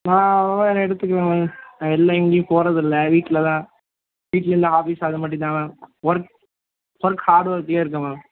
நான் அதெலாம் எடுத்துக்கலை மேம் நான் வெளில எங்கேயும் போறதுல்லை வீட்டில்தான் வீட்டில் இல்லை ஆஃபிஸ் அந்த மட்டுதான் மேம் ஒர்க் ஒர்க் ஹார்ட் ஒர்க்லேயே இருக்கேன் மேம்